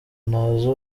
ntazi